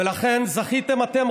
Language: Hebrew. ולכן זכיתם אתם,